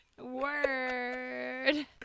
Word